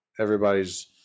everybody's